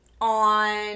on